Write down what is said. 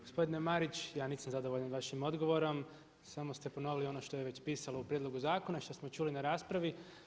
Gospodine Marić ja nisam zadovoljan vašim odgovorom, samo ste ponovili ono što je već pisalo u prijedlogu zakona, što smo čuli na raspravi.